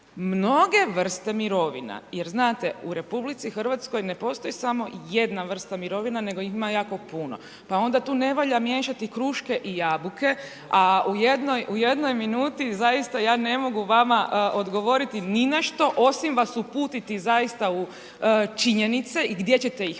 mnoge vrste mirovina. Jer znate, u RH ne postoji samo jedna vrsta mirovine, nego ih ima jako puno. Pa tu ne valja miješati kruške i jabuke. A u jednoj minute zaista ja ne mogu vama odgovoriti ni na što, osim vas uputiti zaista u činjenice i gdje ćete ih